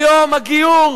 היום הגיור,